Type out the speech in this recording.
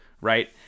right